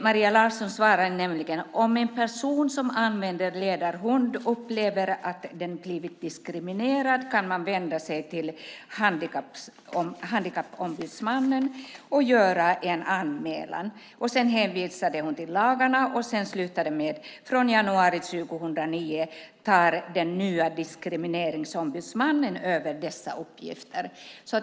Maria Larsson svarade nämligen: "Om en person som använder ledarhund upplever att den blivit diskriminerad kan man vända sig till Handikappombudsmannen och göra en anmälan." Sedan hänvisade hon till lagarna och avslutade med följande: "Från 1 januari 2009 tar den nya Diskrimineringsombudsmannen över dessa uppgifter."